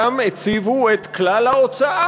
גם הציבו את כלל ההוצאה,